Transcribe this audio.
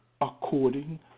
according